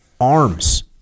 Arms